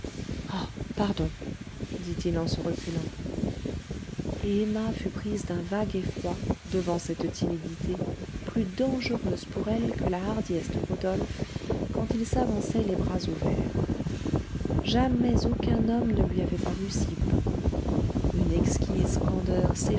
ah pardon dit-il en se reculant et emma fut prise d'un vague effroi devant cette timidité plus dangereuse pour elle que la hardiesse de rodolphe quand il s'avançait les bras ouverts jamais aucun homme ne lui avait paru si beau une exquise candeur